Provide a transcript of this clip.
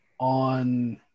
On